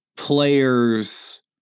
players